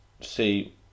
see